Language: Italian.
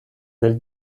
del